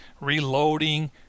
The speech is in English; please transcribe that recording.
reloading